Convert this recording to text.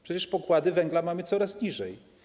Przecież pokłady węgla mamy coraz niżej.